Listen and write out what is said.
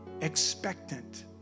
expectant